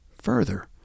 Further